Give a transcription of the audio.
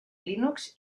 linux